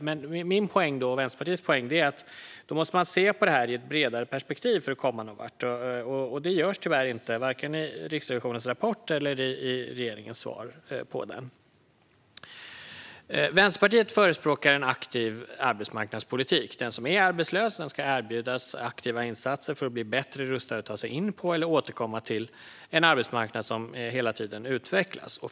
Men min och Vänsterpartiets poäng är att man måste se på detta i ett bredare perspektiv för att komma någon vart, och det görs tyvärr inte i vare sig Riksrevisionens rapport eller regeringens svar på den. Vänsterpartiet förespråkar en aktiv arbetsmarknadspolitik. Den som är arbetslös ska erbjudas aktiva insatser för att bli bättre rustad att ta sig in på eller återkomma till en arbetsmarknad som hela tiden utvecklas.